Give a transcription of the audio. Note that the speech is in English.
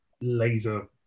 laser